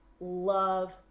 love